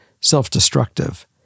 self-destructive